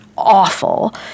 awful